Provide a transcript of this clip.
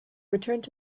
returned